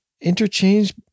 interchange